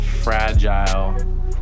fragile